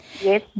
Yes